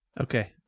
okay